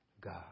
God